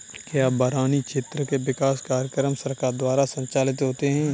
क्या बरानी क्षेत्र के विकास कार्यक्रम सरकार द्वारा संचालित होते हैं?